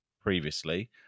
previously